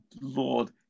Lord